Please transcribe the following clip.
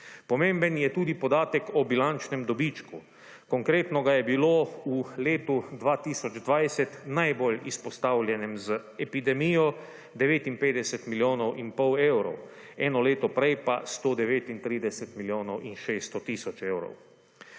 Pomemben je tudi podatek o bilančnem dobičku. Konkretno ga je bilo v letu 2020 najbolj izpostavljenem z epidemijo 59,5 milijonov evrov, eno leto prej pa 139 milijonov in 600 tisoč evrov.